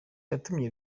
yatumye